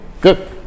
Good